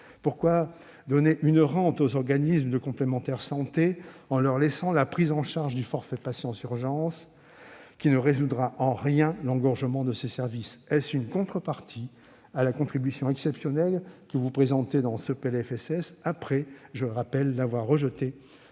Pourquoi donner une rente aux organismes de complémentaire santé en leur laissant la prise en charge du « forfait patient urgences », qui ne résoudra en rien l'engorgement de ces services ? Est-ce une contrepartie à la contribution exceptionnelle que vous présentez dans ce projet de loi de